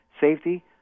safety